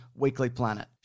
weeklyplanet